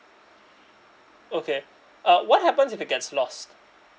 okay uh what happens if it gets lost